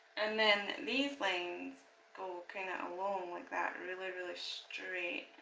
and then these lines go kind of along like that, really, really straight